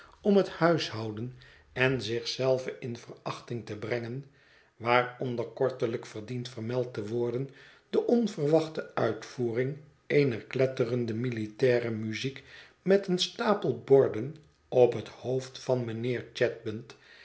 om het huishouden en zich zelve in verachting te brengen waaronder kortelijk verdient vermeld te worden de onverwachte uitvoering eener kletterende militaire muziek met een stapel borden op het hoofd van mijnheer chadband en